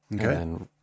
Okay